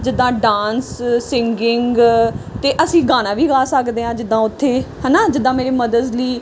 ਜਿੱਦਾਂ dance singing ਅਤੇ ਅਸੀਂ ਗਾਣਾ ਵੀ ਗਾ ਸਕਦੇ ਹਾਂ ਜਿੱਦਾਂ ਉੱਥੇ ਹੈ ਨਾ ਜਿੱਦਾਂ ਮੇਰੇ ਮਦਰਸ ਲਈ